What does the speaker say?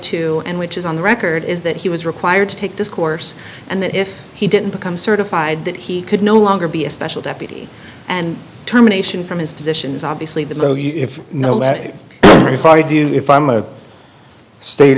to and which is on the record is that he was required to take this course and that if he didn't become certified that he could no longer be a special deputy and terminations from his position is obviously that if you do if i'm a state